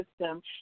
system